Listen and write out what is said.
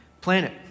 planet